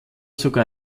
sogar